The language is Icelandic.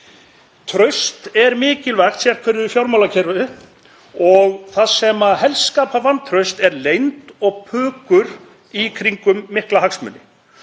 Traust er mikilvægt sérhverju fjármálakerfi og það sem helst skapar vantraust er leynd og pukur í kringum mikla hagsmuni.